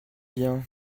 bien